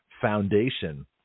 foundation